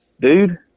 dude